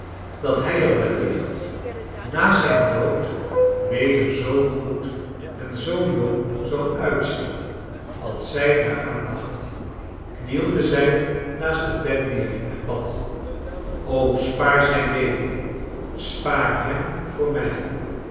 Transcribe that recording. dat hij er wellicht na zijn dood weder zoo goed en zoo jong zou uitzien als zij daaraan dacht knielde zij naast het bed neer en bad spaar zijn leven spaar hem voor mij